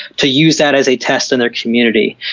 to use that as a test in their community.